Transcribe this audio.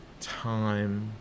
time